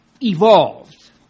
evolved